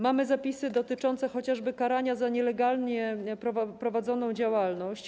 Mamy zapisy dotyczące chociażby karania za nielegalnie prowadzoną działalność.